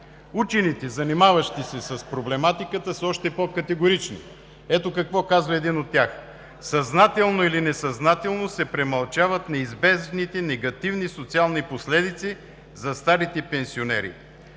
Учените, занимаващи се с проблематиката, са още по-категорични. Ето какво казва един от тях: „Съзнателно или несъзнателно се премълчават неизбежните негативни социални последици за старите пенсионери“,